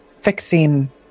fixing